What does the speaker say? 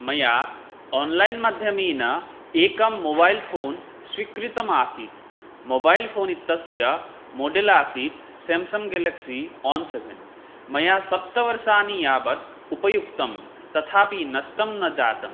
मया आन्लैन्माध्यमेन एकं मोबैल् फ़ोन् स्वीकृतमासीत् मोबैल् फ़ोन् इत्यस्य मोडोल् आसीत् सेम्साङ्ग् गेलाक्सि आन् सेवेन् मया सप्त वर्षाणि यावत् उपयुक्तं तथापि नष्टं न जातं